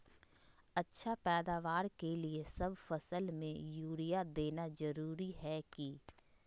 अच्छा पैदावार के लिए सब फसल में यूरिया देना जरुरी है की?